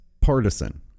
partisan